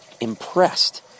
impressed